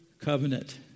covenant